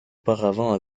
auparavant